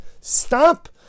Stop